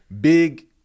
big